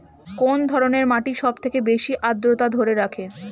কোন ধরনের মাটি সবথেকে বেশি আদ্রতা ধরে রাখে?